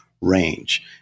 range